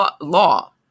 law